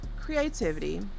creativity